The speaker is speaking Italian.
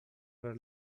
per